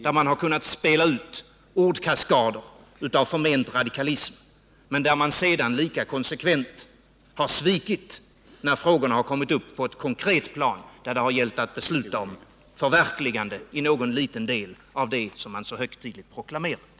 Där har man kunnat spela ut ordkaskader av förment radikalism, men man har sedan lika konsekvent svikit när frågorna kommit upp på ett konkret plan och det har gällt att besluta om förverkligande av någon liten del av det man så högtidligt proklamerar.